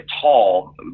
tall